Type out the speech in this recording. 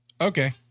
okay